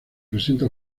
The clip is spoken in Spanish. presenta